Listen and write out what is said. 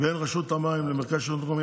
בין רשות המים לבין המרכז לשלטון מקומי